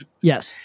Yes